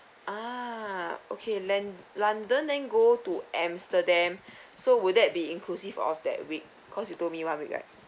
ah okay lon~ london then go to amsterdam so would that be inclusive of that week cause you told me one week right